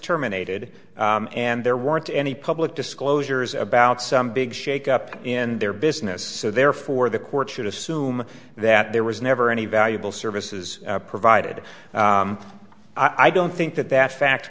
terminated and there weren't any public disclosures about some big shake up in their business so therefore the court should assume that there was never any valuable services provided i don't think that that fact